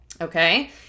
Okay